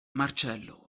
marcello